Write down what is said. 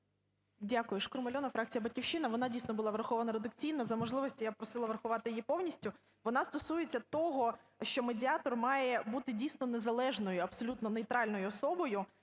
Дякую. ШкрумАльона. Фракція "Батьківщина". Вона, дійсно, була врахована редакційно. За можливості я б просила врахувати її повністю. Вона стосується того, що медіатор має бути, дійсно, незалежною, абсолютно нейтральною особою